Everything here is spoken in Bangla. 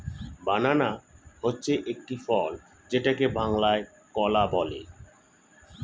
বানানা হচ্ছে একটি ফল যেটাকে বাংলায় কলা বলে